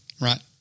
right